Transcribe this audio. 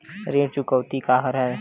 ऋण चुकौती का हरय?